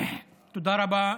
תודה רבה,